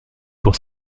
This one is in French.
pour